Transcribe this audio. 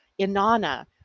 inanna